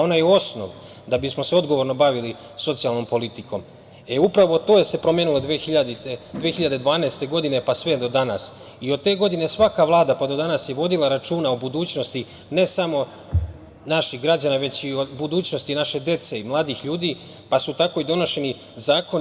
Onaj osnov da bismo se odgovorno bavili socijalnom politikom, e, upravo to se promenilo od 2012. godine pa sve do danas, i od te godine svaka, pa do danas je vodila računa o budućnosti, ne samo naših građana, već i o budućnosti naše dece i mladih ljudi, pa su tako i donošeni zakoni.